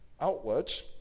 outlets